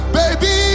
baby